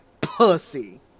pussy